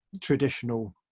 traditional